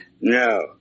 No